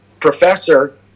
professor